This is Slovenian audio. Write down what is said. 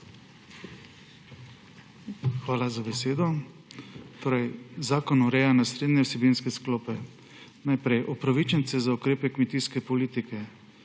Hvala za besedo. Zakon o urejanju srednje in vsebinske sklope. Najprej upravičenci za ukrepe kmetijske politike.